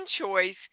choice